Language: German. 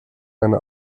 eine